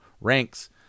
ranks